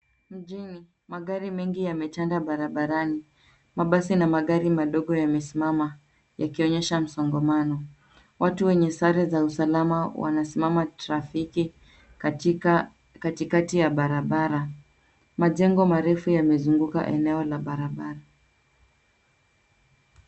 Magari mengi yametanda barabarani mabasi na magari madogo yamesimama ikionyesha msogamano .Watu wenye sare za usalama wanasimama trafiki katikati ya barabara. Majengo marefu yamezunguka eneo la barabara.